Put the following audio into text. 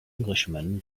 englishman